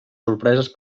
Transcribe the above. sorpreses